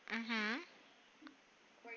mmhmm